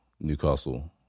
Newcastle